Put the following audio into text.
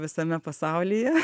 visame pasaulyje